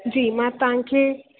जी मां तव्हांखे